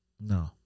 No